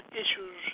issues